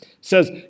says